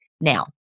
Now